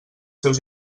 seus